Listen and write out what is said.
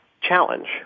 challenge